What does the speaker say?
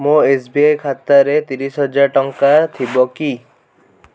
ମୋର S B I ଖାତାରେ ତିରିଶ ହଜାର ଟଙ୍କା ଥିବ କି